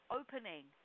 opening